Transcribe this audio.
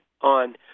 on